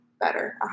better